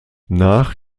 nach